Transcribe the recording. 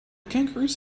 kangaroos